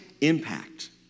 impact